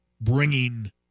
bringing